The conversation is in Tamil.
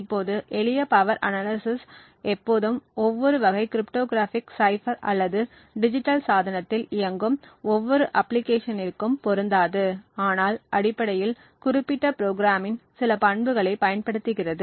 இப்போது எளிய பவர் அனாலிசிஸ் எப்போதும் ஒவ்வொரு வகை கிரிப்டோகிராஃபிக் சைஃபர் அல்லது டிஜிட்டல் சாதனத்தில் இயங்கும் ஒவ்வொரு அப்பிளிகேஷனிற்கும் பொருந்தாது ஆனால் அடிப்படையில் குறிப்பிட்ட ப்ரோக்ராம்மின் சில பண்புகளை பயன்படுத்துகிறது